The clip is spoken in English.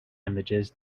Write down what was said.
images